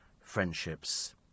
friendships